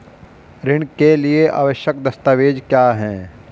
ऋण के लिए आवश्यक दस्तावेज क्या हैं?